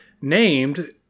named